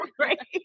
Right